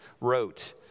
wrote